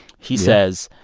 he says,